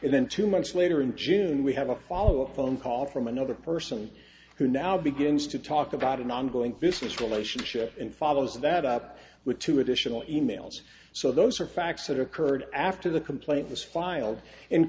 then two months later in june we have a follow up phone call from another person who now begins to talk about an ongoing business relationship and follows that up with two additional e mails so those are facts that occurred after the complaint was filed and